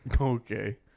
Okay